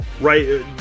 right